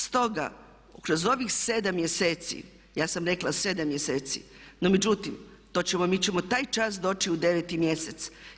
Stoga kroz ovih 7 mjeseci ja sam rekla 7 mjeseci, no međutim to ćemo, mi ćemo taj čas doći u 9 mjesec.